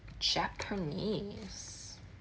japanese